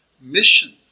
mission